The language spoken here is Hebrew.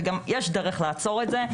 וגם יש דרך לעצור את זה.